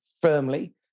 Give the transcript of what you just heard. firmly